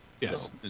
Yes